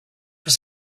was